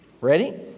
Ready